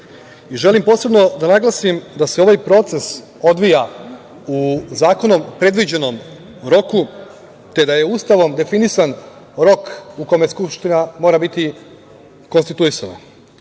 posebno da naglasim da se ovaj proces odvija u zakonom predviđenomroku, te da je Ustavom definisan rok u kome Skupština mora biti konstituisana.